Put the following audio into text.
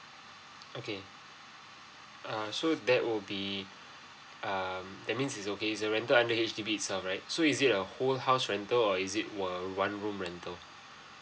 okay err so that would be um that means is okay it's the rental under H_D_B itself right so is it your whole house rental or is it a one room rental